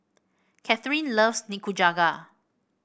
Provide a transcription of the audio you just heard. Kathyrn loves Nikujaga